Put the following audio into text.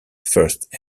first